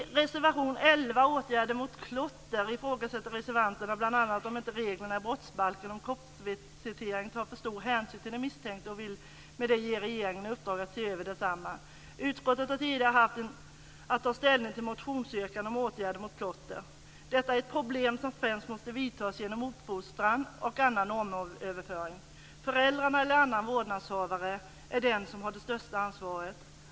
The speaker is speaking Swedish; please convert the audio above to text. I reservation 11 om åtgärder mot klotter ifrågasätter reservanterna bl.a. om inte reglerna i brottsbalken om kroppsvisitation tar för stor hänsyn till den misstänkte och vill därmed ge regeringen i uppdrag att se över dessa. Utskottet har tidigare haft att ta ställning till motionsyrkanden om åtgärder mot klotter. Detta är ett problem som främst måste åtgärdas genom uppfostran och annan normöverföring. Föräldrarna eller annan vårdnadshavare är de som har det största ansvaret.